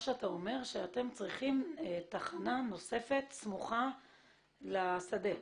אתה אומר שאתם צריכים תחנה נוספת סמוכה לשדה.